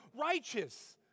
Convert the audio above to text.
righteous